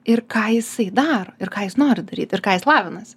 ir ką jisai daro ir ką jis nori daryt ir ką jis lavinasi